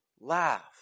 laugh